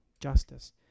justice